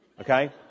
okay